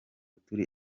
turi